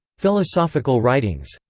philosophical writings.